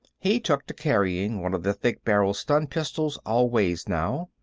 he took to carrying one of the thick-barrelled stun-pistols always, now.